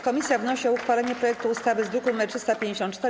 Komisja wnosi o uchwalenie projektu ustawy z druku nr 354.